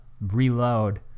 reload